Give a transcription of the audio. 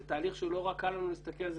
זה תהליך שהוא לא רק קל לנו להסתכל על זה